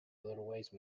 otherwise